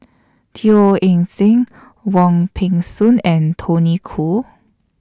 Teo Eng Seng Wong Peng Soon and Tony Khoo